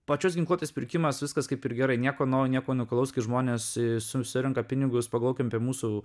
pačios ginkluotės pirkimas viskas kaip ir gerai nieko naujo nieko unikalaus kai žmonės susirenka pinigus pagalvokim apie mūsų